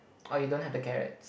or you don't have the carrots